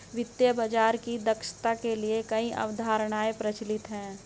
वित्तीय बाजार की दक्षता के लिए कई अवधारणाएं प्रचलित है